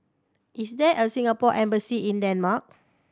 is there a Singapore Embassy in Denmark